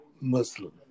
Muslim